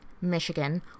Michigan